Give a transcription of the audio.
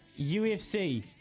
UFC